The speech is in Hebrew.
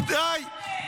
די,